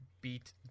beat